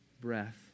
breath